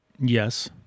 yes